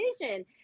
vision